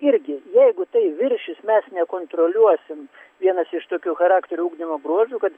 irgi jeigu tai viršys mes nekontroliuosim vienas iš tokių charakterio ugdymo bruožų kad